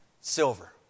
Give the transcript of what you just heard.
silver